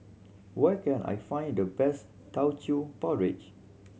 where can I find the best Teochew Porridge